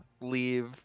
leave